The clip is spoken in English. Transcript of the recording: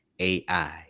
AI